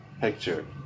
picture